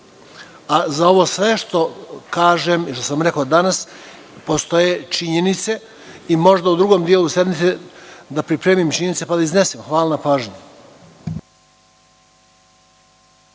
Za sve što kažem i što sam rekao danas postoje činjenice. Možda ću u drugom delu sednice pripremiti činjenice, pa da ih iznesem. Hvala na pažnji.